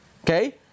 Okay